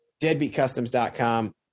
Deadbeatcustoms.com